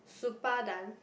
Supa Dance